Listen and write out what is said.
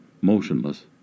motionless